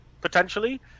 potentially